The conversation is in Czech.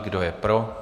Kdo je pro?